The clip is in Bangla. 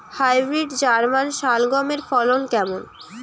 হাইব্রিড জার্মান শালগম এর ফলন কেমন?